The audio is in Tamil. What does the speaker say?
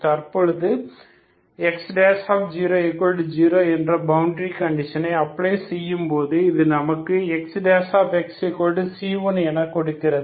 தற்பொழுது X00 என்ற பவுண்டரி கண்டிஷனை அப்ளை செய்யும் போது இது நமக்கு Xxc1 என கொடுக்கிறது